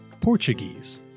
Portuguese